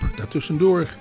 Daartussendoor